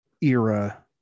era